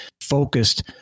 focused